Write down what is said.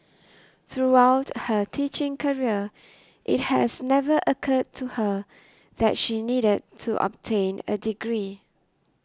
throughout her teaching career it has never occurred to her that she needed to obtain a degree